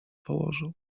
położył